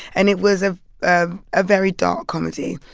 and it was a um ah very dark comedy.